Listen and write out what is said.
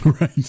Right